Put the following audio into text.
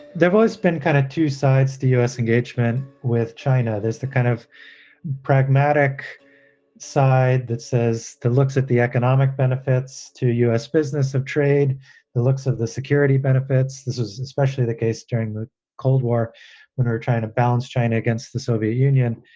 they've always been kind of two sides. the u s. engagement with china. there's the kind of pragmatic side that says that looks at the economic benefits to u s. business of trade, the looks of the security benefits. this is especially the case during the cold war when we're trying to balance china against the soviet union.